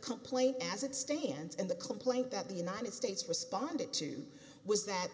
complaint as it stands and the complaint that the united states responded to was that